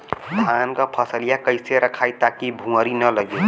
धान क फसलिया कईसे रखाई ताकि भुवरी न लगे?